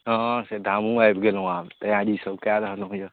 हँ से तऽ हमहूँ आबि गेलहुँ आब तैआरी सब कऽ रहलौँ अइ